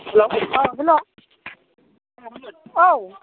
हेल' औ हेल' औ